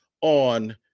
on